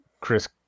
Chris